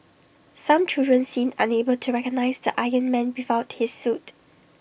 some children seemed unable to recognise the iron man without his suit